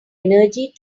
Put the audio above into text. energy